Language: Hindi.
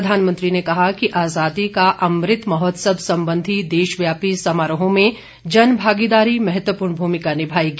प्रधानमंत्री ने कहा कि आजादी का अमृत महोत्सव संबंधी देशव्यापी समारोहों में जन भागीदारी महत्वपूर्ण भूमिका निभाएगी